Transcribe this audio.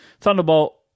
Thunderbolt